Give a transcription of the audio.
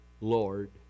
Lord